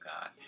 God